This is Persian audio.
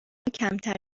کمتر